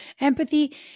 Empathy